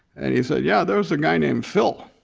and he said, yeah, there was a guy named phil.